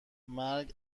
مرگ